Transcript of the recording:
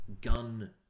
gun